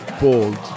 BOLD